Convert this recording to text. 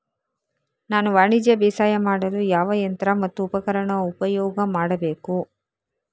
ನಾನು ವಾಣಿಜ್ಯ ಬೇಸಾಯ ಮಾಡಲು ಯಾವ ಯಂತ್ರ ಮತ್ತು ಉಪಕರಣ ಉಪಯೋಗ ಮಾಡಬೇಕು?